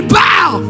bow